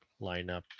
lineup